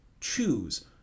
choose